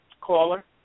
caller